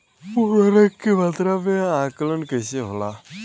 उर्वरक के मात्रा में आकलन कईसे होला?